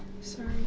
Sorry